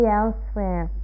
elsewhere